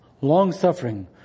long-suffering